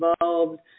involved